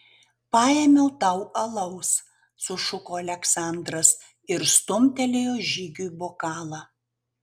paėmiau tau alaus sušuko aleksandras ir stumtelėjo žygiui bokalą